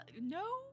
no